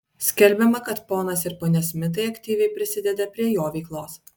skelbiama kad ponas ir ponia smitai aktyviai prisideda prie jo veiklos